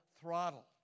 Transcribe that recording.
throttle